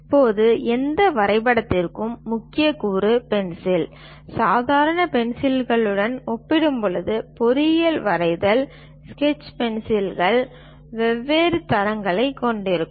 இப்போது எந்த வரைபடத்திற்கும் முக்கிய கூறு பென்சில் சாதாரண பென்சில்களுடன் ஒப்பிடும்போது பொறியியல் வரைதல் ஸ்கெட்ச் பென்சில்கள் வெவ்வேறு தரங்களைக் கொண்டிருக்கும்